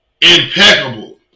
impeccable